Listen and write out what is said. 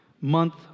month